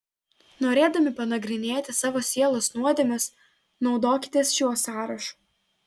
norėdami panagrinėti savo sielos nuodėmes naudokitės šiuo sąrašu